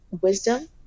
wisdom